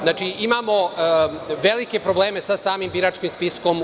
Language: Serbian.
Znači, imamo velike probleme sa samim biračkim spiskom.